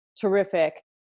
terrific